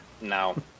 No